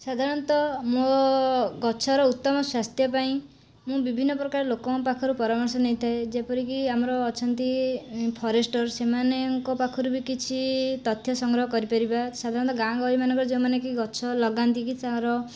ସାଧାରଣତଃ ମୋ' ଗଛର ଉତ୍ତମ ସ୍ଵାସ୍ଥ୍ୟ ପାଇଁ ମୁଁ ବିଭିନ୍ନ ପ୍ରକାର ଲୋକଙ୍କ ପାଖରୁ ପରାମର୍ଶ ନେଇଥାଏ ଯେପରିକି ଆମର ଅଛନ୍ତି ଫରେଷ୍ଟର ସେମାନଙ୍କ ପାଖରୁ ବି କିଛି ତଥ୍ୟ ସଂଗ୍ରହ କରିପାରିବା ସାଧାରଣତଃ ଗାଁ ଗହଳି ମାନଙ୍କରେ ଯେଉଁମାନେକି ଗଛ ଲଗାନ୍ତି କି ତାଙ୍କର